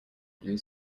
blue